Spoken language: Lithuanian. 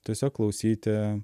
tiesiog klausyti